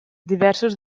diversos